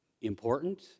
important